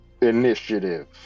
Initiative